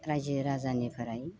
रायजो राजानिफ्राय